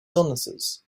illnesses